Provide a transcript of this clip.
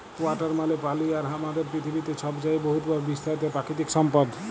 water মালে পালি আর আমাদের পিথিবীতে ছবচাঁয়ে বহুতভাবে বিস্তারিত পাকিতিক সম্পদ